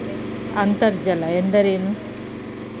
ಅಂತರ್ಜಲ ಎಂದರೇನು?